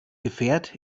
gefährt